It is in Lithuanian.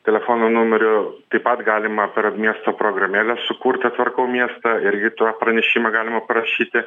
telefono numeriu taip pat galima per rad miesto programėlę sukurtą tvarkau miestą irgi tuo pranešimą galima parašyti